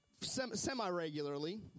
Semi-regularly